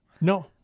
No